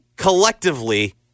collectively